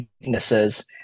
weaknesses